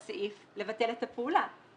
אז הוא צריך לדעת גם את זה.